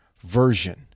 version